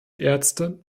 ärzte